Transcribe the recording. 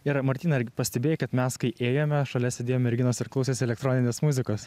ir martynai ar pastebėjai kad mes kai ėjome šalia sėdėjo merginos ir klausėsi elektroninės muzikos